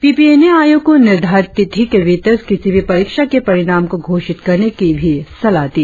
PPA ने आयोग को निर्धारित तिथि के भीतर किसी भी परीक्षा के परिणाम को घोषित करने की भी सलाह दी